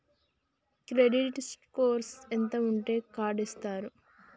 Credit score ఎంత ఉంటే card ఇస్తారు?